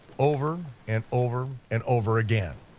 over, and over, and over again.